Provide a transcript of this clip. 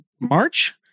March